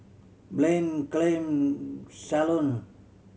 Blain Chaim Shalon